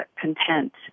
content